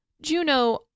Juno